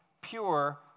pure